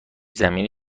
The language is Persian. زمینی